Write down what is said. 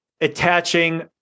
attaching